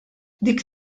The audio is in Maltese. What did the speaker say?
dik